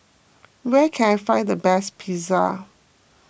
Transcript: where can I find the best Pizza